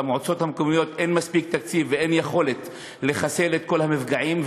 למועצות המקומיות אין מספיק תקציב ואין יכולת לחסל את כל המפגעים,